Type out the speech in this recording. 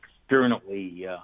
externally